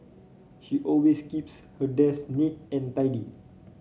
she always keeps her desk neat and tidy